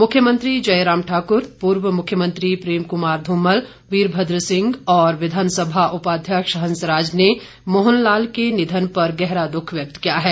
मुख्यमंत्री जयराम ठाकुर पूर्व मुख्यमंत्री प्रेम कुमार धूमल वीरभद्र सिंह और विधानसभा उपाध्यक्ष हंसराज ने मोहन लाल के निधन पर गहरा दुख व्यक्त किया है